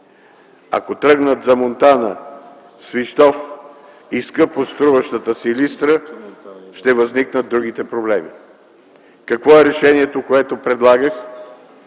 Ако тръгнат за Монтана, Свищов и скъпоструващата Силистра, ще възникнат другите проблеми. Какво е решението, което предлагах